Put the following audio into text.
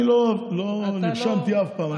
אני לא נרשמתי אף פעם.